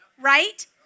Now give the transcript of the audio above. right